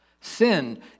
Sin